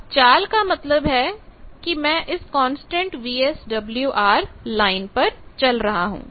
अब चाल का मतलब है कि मैं इस कांस्टेंट VSWR लाइन पर चल रहा हूं